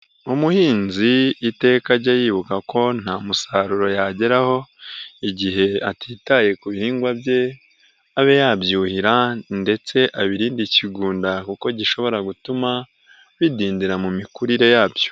Umuhinzi iteka ajya yibuka ko nta musaruro yageraho igihe atitaye ku bihingwa bye, abe yabyuhira ndetse abirinde ikigunda kuko gishobora gutuma, bidindira mu mikurire ya byo.